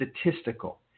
statistical